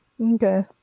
Okay